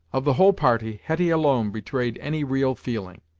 of the whole party, hetty alone betrayed any real feeling.